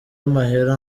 amahera